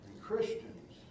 Christians